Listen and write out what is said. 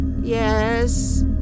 Yes